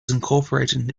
incorporated